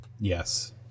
yes